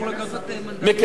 שלישית,